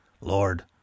Lord